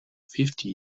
fifty